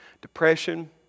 Depression